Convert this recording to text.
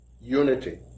unity